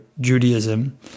Judaism